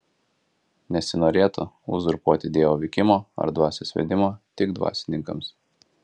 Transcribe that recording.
nesinorėtų uzurpuoti dievo veikimo ar dvasios vedimo tik dvasininkams